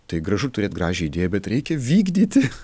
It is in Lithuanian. tai gražu turėt gražią idėją bet reikia vykdyti